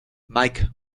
mike